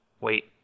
Wait